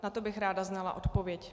Na to bych ráda znala odpověď.